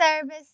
Service